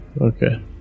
Okay